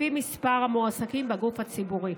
לפי מספר המועסקים בגוף הציבורי.